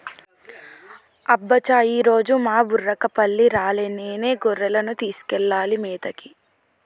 అబ్బ చా ఈరోజు మా బుర్రకపల్లి రాలే నేనే గొర్రెలను తీసుకెళ్లాలి మేతకి